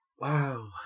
Wow